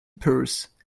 purse